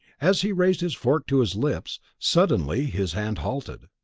as he raised his fork to his lips, suddenly his hand halted.